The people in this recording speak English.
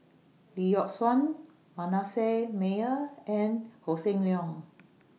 Lee Yock Suan Manasseh Meyer and Hossan Leong